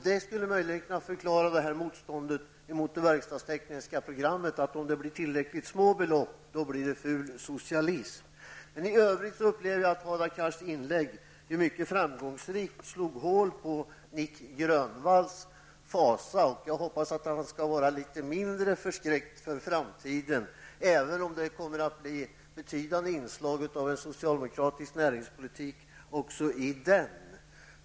Det skulle möjligen kunna förklara motståndet mot det verkstadstekniska programmet; om det blir tillräckligt små belopp blir det ful socialism. Men i övrigt upplever jag att Hadar Cars inlägg mycket framgångsrikt slog hål på Nic Grönvalls fasa. Jag hoppas att han skall vara litet mindre förskräckt för framtiden, även om det kommer att bli betydande inslag av en socialdemokratisk näringspolitik också i den.